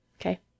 Okay